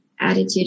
attitude